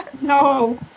no